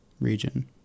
region